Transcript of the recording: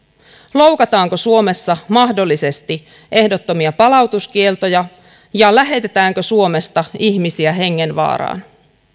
loukataanko suomessa mahdollisesti ehdottomia palautuskieltoja ja lähetetäänkö suomesta ihmisiä hengenvaaraan